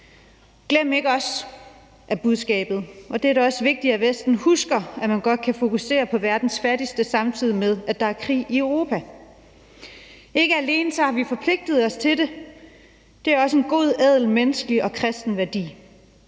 Glem ikke os, er budskabet, og det er det også vigtigt, at Vesten husker, at man godt kan fokusere på verdens fattigste, samtidig med at der er krig i Europa. Ikke alene har vi forpligtet os til det; det er også en god, ædel, menneskelig og kristen værdi.